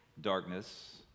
darkness